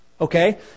Okay